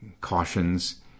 cautions